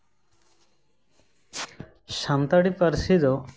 ᱥᱟᱱᱛᱟᱲᱤ ᱯᱟᱹᱨᱥᱤ ᱫᱚ